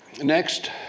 next